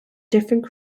different